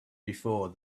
before